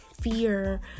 Fear